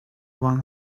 one